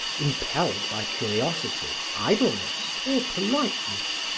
impelled by curiosity, idleness or politeness,